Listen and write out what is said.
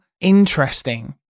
interesting